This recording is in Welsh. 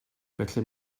felly